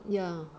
ya